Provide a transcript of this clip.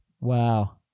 Wow